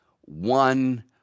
one